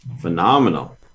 Phenomenal